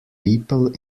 people